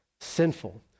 sinful